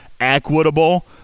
equitable